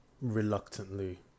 reluctantly